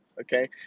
okay